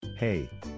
Hey